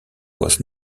was